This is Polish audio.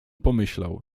pomyślał